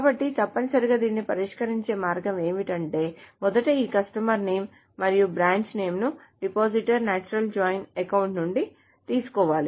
కాబట్టి తప్పనిసరిగా దీనిని పరిష్కరించే మార్గం ఏమిటంటే మొదట ఈ కస్టమర్ నేమ్ మరియు బ్రాంచ్ నేమ్ ను డిపాజిటర్ నేచురల్ జాయిన్ అకౌంట్ నుండి తెలుసుకోవాలి